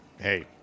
hey